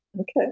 Okay